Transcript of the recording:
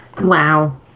Wow